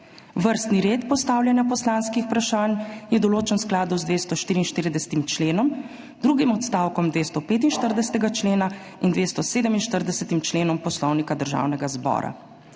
Vrstni red postavljanja poslanskih vprašanj je določen v skladu z 244. členom, drugim odstavkom 245. člena in 247. členom Poslovnika Državnega zbora.